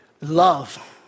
Love